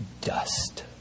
dust